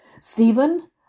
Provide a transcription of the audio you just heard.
Stephen